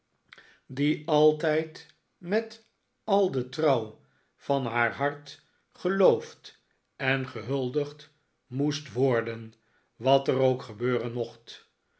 die altijd met al de tfouw van haar hart geloofd en gehuldigd moest worden wat er ook gebeuren mocht